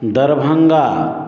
Darbhanga